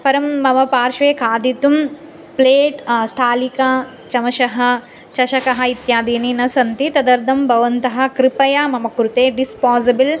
परं मम पार्श्वे खादितुं प्लेट् स्थालिका चमशः चषकः इत्यादिनी न सन्ति तदर्थं भवन्तः कृपया मम कृते डिस्पाज़िबल्